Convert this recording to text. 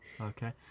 Okay